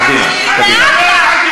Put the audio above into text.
קדימה, קדימה.